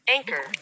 Anchor